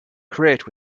crate